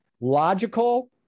logical